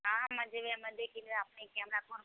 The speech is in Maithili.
हाँ मजेमे दिन रातिके हमरा कोन